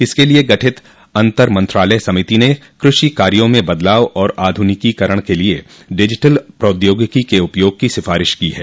इसके लिए गठित अंतरमंत्रालय समिति ने कृषि कार्यों में बदलाव और आध्रनिकीकरण के लिए डिजिटल प्रौद्योगिकी के उपयोग की सिफारिश की है